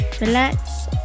relax